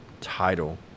title